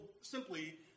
simply